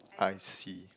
I see